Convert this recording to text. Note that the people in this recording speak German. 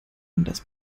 anders